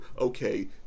okay